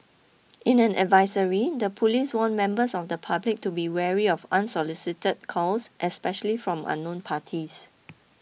in an advisory the police warned members of the public to be wary of unsolicited calls especially from unknown parties